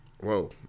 Whoa